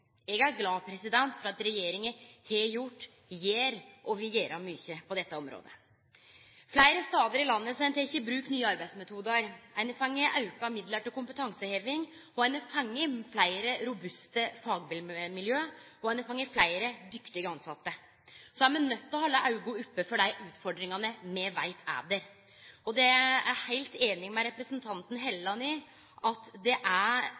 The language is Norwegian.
Eg er glad for at regjeringa har gjort, gjer og vil gjere mykje på dette området. Fleire stader i landet har ein teke i bruk nye arbeidsmetodar. Ein har fått auka midlar til kompetanseheving, ein har fått fleire robuste fagmiljø, og ein har fått fleire dyktige tilsette. Så er me nøydde til å halde auga opne for dei utfordringane me veit er der. Og det eg er heilt einig med representanten Hofstad Helleland i, er at den viktigaste oppgåva for det offentlege er